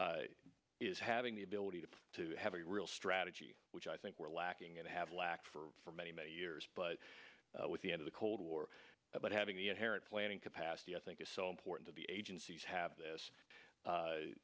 is having the ability to have a real strategy which i think we're lacking and have lacked for many many years but with the end of the cold war but having the inherent planning capacity i think is so important to the agencies have this